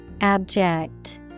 Abject